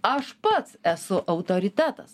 aš pats esu autoritetas